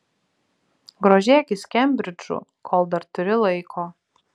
grožėkis kembridžu kol dar turi laiko